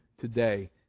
today